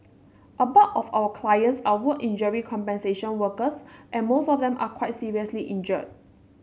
a bulk of our clients are work injury compensation workers and most of them are quite seriously injured